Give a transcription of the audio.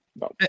no